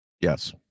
Yes